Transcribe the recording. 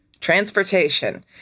Transportation